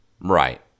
Right